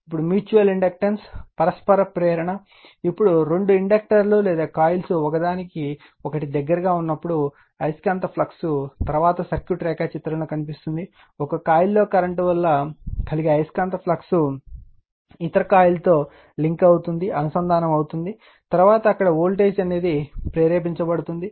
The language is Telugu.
ఇప్పుడు మ్యూచువల్ ఇండక్టెన్స్ పరస్పర ప్రేరణ ఇప్పుడు రెండు ఇండక్టర్ లు లేదా కాయిల్స్ ఒకదానికొకటి దగ్గరగా ఉన్నప్పుడు అయస్కాంత ఫ్లక్స్ తరువాత సర్క్యూట్ రేఖాచిత్రంలో కనిపిస్తుంది ఒక కాయిల్లో కరెంట్ వల్ల కలిగే అయస్కాంత ఫ్లక్స్ ఇతర కాయిల్తో లింక్ అవుతుంది తరువాత అక్కడ వోల్టేజ్ ప్రేరేపించబడుతుంది